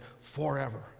forever